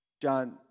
John